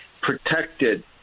protected